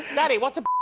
daddy, what's a